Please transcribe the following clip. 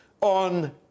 on